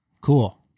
Cool